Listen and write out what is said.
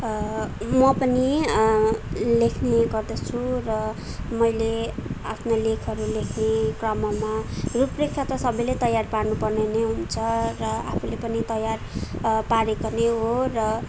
म पनि लेख्ने गर्दछु र मैले आफ्ना लेखहरू लेख्ने क्रममा रूपरेखा त सबैले तयार पार्नु पर्ने नै हुन्छ र आफूले पनि तयार पारेको नै हो र